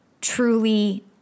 truly